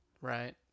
right